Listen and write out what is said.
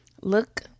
look